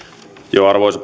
kiitos arvoisa